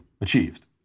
achieved